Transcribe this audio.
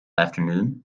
afternoon